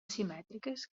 simètriques